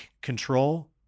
control